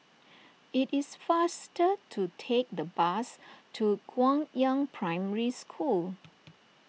it is faster to take the bus to Guangyang Primary School